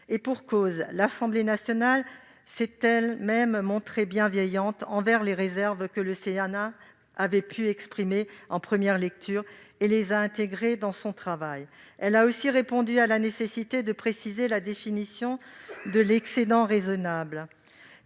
Et pour cause, l'Assemblée nationale s'est elle-même montrée bienveillante envers les réserves que le Sénat avait pu exprimer en première lecture et les a intégrées dans son travail. Elle a ainsi répondu à la nécessité de préciser la définition de l'« excédent raisonnable